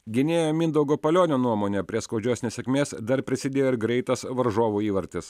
gynėjo mindaugo palionio nuomone prie skaudžios nesėkmės dar prisidėjo ir greitas varžovų įvartis